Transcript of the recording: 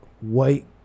White